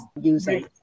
using